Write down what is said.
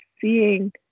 seeing